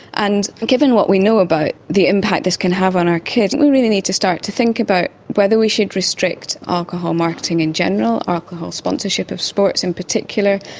and given what we know about the impact this can have on our kids, we really need to start think about whether we should restrict alcohol marketing in general, alcohol sponsorship of sports in particular,